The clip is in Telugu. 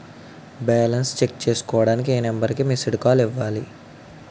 బాలన్స్ చెక్ చేసుకోవటానికి ఏ నంబర్ కి మిస్డ్ కాల్ ఇవ్వాలి?